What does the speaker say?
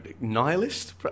nihilist